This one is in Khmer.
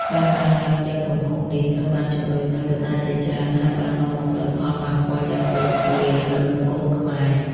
ការកើនឡើងយ៉ាងគំហុកនេះ ត្រូវបានជំរុញដោយកត្តាជាច្រើន ហើយបាននាំមកនូវផលប៉ះពាល់យ៉ាងទូលំទូលាយដល់សង្គមខ្មែរ។